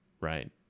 right